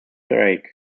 drake